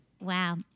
wow